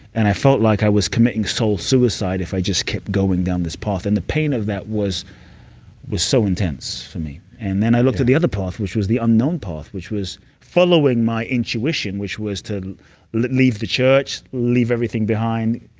and i felt like i was committing soul suicide if i just kept going down this path, and the pain of that was was so intense for me. and then i looked at the other path, which was the unknown path, which was following my intuition, which was to leave the church, leave everything behind,